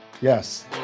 yes